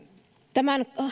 tämän